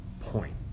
point